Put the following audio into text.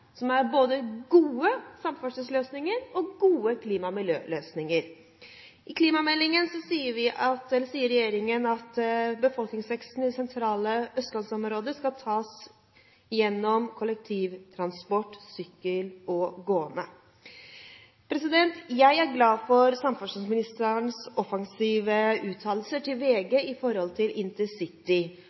som er både gode samferdselsløsninger og gode klima- og miljøløsninger. I klimameldingen sier regjeringen at befolkningsveksten i det sentrale østlandsområdet «skal tas med kollektivtransport, sykkel og gange». Jeg er glad for samferdselsministerens offensive uttalelser til VG